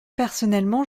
personnellement